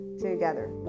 together